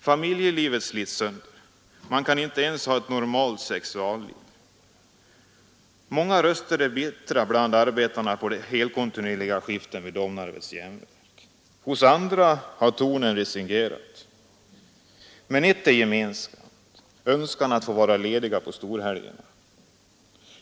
Familjelivet slits sönder. Man kan inte ens ha ett normalt sexualliv. Många röster är bittra bland arbetarna på de helkontinuerliga skiften i Domnarvets järnverk. Hos andra har tonen resignerat. Men ett är gemensamt — önskan att få vara lediga på storhelgerna.